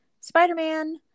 spider-man